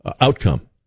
outcome